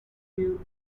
you